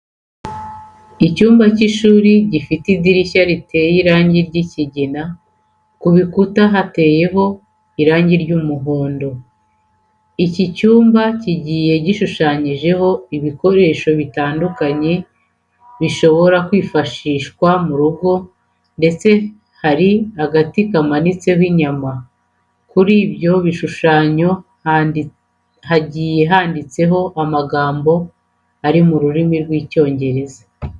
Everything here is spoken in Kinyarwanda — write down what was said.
Icyumba cy'ishuri gifite idirishya riteye irangi ry'ikigina, ku bikuta hateye irangi ry'umuhondo. Iki cyumba kigiye gishushanyijeho ibikoresho bitandukanye bishobora kwifashishwa mu rugo ndetse hari n'agati kamanitseho inyama. Kuri ibyo bishushanyo hagiye handitseho amagambo ari mu rurimi rw'Icyongereza.